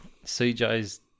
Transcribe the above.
CJ's